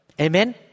Amen